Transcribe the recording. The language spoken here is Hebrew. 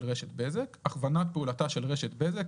של רשת בזק הכוונת פעולתה של רשת בזק,